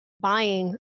buying